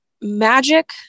magic